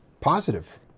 positive